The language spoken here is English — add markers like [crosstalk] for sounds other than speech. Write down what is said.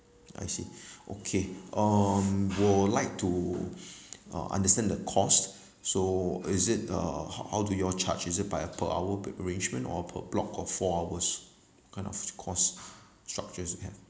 I see [breath] okay um we'll like to uh understand the cost so is it uh h~ how do you all charge is it by a per hour arrangement or per block of four hours kind of course structures you have